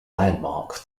landmark